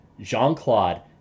Jean-Claude